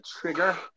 trigger